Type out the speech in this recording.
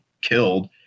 killed